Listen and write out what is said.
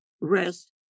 rest